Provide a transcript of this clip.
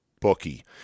bookie